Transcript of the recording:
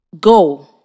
Go